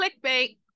clickbait